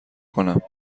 کنم